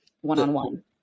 one-on-one